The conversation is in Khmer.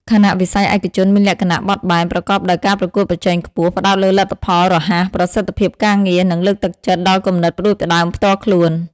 ខណៈវិស័យឯកជនមានលក្ខណៈបត់បែន ប្រកបដោយការប្រកួតប្រជែងខ្ពស់ ផ្តោតលើលទ្ធផលរហ័ស ប្រសិទ្ធភាពការងារ និងលើកទឹកចិត្តដល់គំនិតផ្តួចផ្តើមផ្ទាល់ខ្លួន។